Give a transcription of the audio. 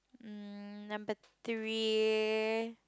mm number three